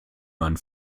man